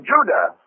Judah